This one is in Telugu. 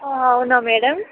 అవునా మేడమ్